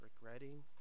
regretting